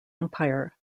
empire